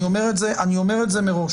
אני אומר את זה מראש.